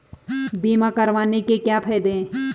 बीमा करवाने के क्या फायदे हैं?